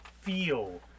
feel